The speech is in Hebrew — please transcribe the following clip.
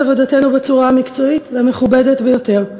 עבודתנו בצורה המקצועית והמכובדת ביותר,